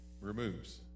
removes